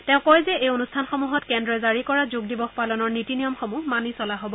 তেওঁ কয় যে এই অনুষ্ঠানসমূহত কেন্দ্ৰই জাৰি কৰা যোগ দিৱস পালনৰ নীতি নিয়মসমূহ মানি চলা হ'ব